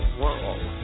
world